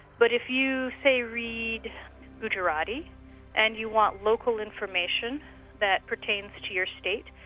but if you say, read gugerati and you want local information that pertains to your state,